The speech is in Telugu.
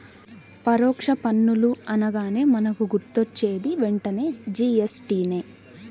పరోక్ష పన్నులు అనగానే మనకు గుర్తొచ్చేది వెంటనే జీ.ఎస్.టి నే